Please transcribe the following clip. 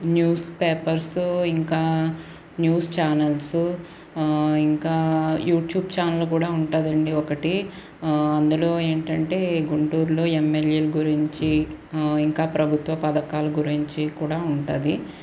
newspapers ఇంకా news channels ఇంకా YouTube channel కూడా ఉంటాదండి ఒకటి అందులో ఏంటంటే గుంటూరులో ఎంఎల్ఏ గురించి ఇంకా ప్రభుత్వ పథకాల గురించి కూడా ఉంటుంది